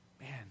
man